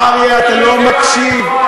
אריה, אתה לא מקשיב.